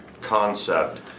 concept